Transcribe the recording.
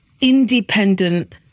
independent